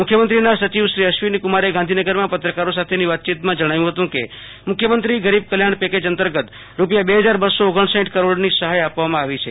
મુખ્યમંત્રીના સચિવશ્રો અશ્વિનીકુમારે ગાંધોનગરમાં પત્રકારો સાથેની વાતચિતમાં જણાવ્યું હતું કે મુખ્યમંત્રી ગરીબ કલ્યાણ પેકેજ અંતગત રૂપિયાની સહાય આપવામાં આવી છે